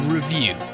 Review